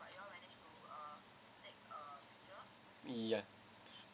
ya